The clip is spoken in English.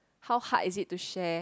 how hard is it to share